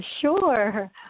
Sure